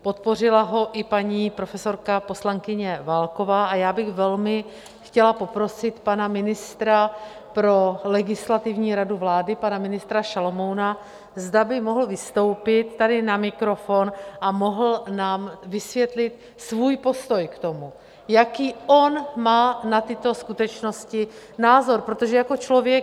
Podpořila ho i paní profesorka poslankyně Válková a já bych velmi chtěla poprosit pana ministra pro legislativní radu vlády Šalomouna, zda by mohl vystoupit tady na mikrofon a vysvětlit nám svůj postoj k tomu, jaký on má na tyto skutečnosti názor, protože jako člověk...